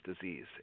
disease